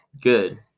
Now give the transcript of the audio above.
good